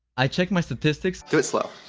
i checked my statistics do it slow.